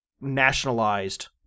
nationalized